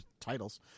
titles